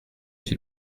s’il